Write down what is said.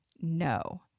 no